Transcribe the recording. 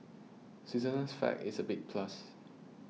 Switzerland's flag is a big plus